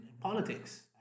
politics